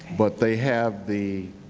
but they have the,